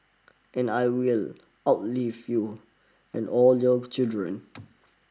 and I will outlive you and all your children